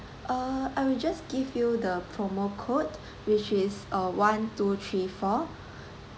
uh I will just give you the promo code which is uh one two three four